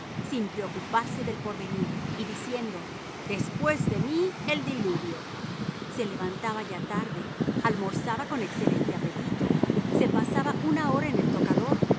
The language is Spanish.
sin preocuparse del porvenir y diciendo después de mí el diluvio se levantaba ya tarde almorzaba con excelente apetito se pasaba una hora en el tocador